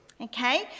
Okay